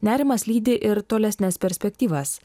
nerimas lydi ir tolesnes perspektyvas